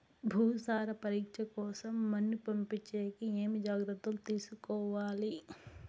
భూసార పరీక్ష కోసం మన్ను పంపించేకి ఏమి జాగ్రత్తలు తీసుకోవాలి?